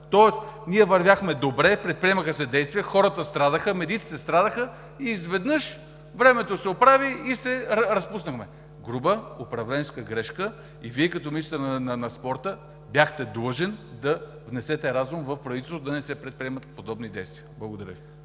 Тоест ние вървяхме добре, предприемаха се действия, хората страдаха, медиците страдаха и изведнъж времето се оправи и се разпуснахме – груба управленска грешка. И Вие, като министър на спорта, бяхте длъжен да внесете разум в правителството да не се предприемат подобни действия. Благодаря Ви.